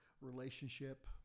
relationship